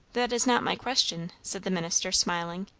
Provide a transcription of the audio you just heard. that is not my question, said the minister, smiling.